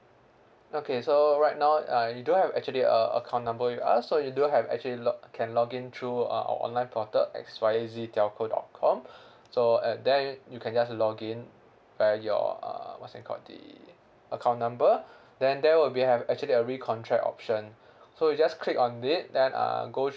okay so right now uh you do have actually a account number with us so you do have actually log can login through our online portal X Y Z telco dot com so uh there you can just log in via your uh what's that called the account number then there will be have actually a recontract option so you just click on it then uh go